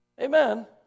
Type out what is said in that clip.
Amen